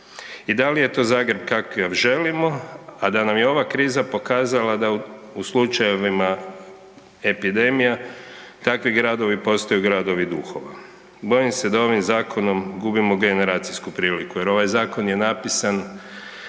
I da li je to Zagreb kakav želimo, a da nam je ova kriza pokazala da u slučajevima epidemija takvi gradovi postaju, gradovi duhova. Bojim se da ovim zakonom gubimo generacijsku priliku jer ovaj zakon je napisan